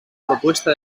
propuesta